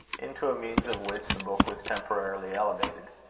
into a means of which the book was temporarily elevated.